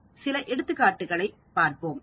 சில எடுத்துக்காட்டுகளைப் பார்ப்போம்